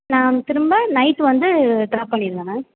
நான் திரும்ப நைட்டு வந்து ட்ராப் பண்ணிடுங்க மேம்